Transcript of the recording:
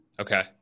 Okay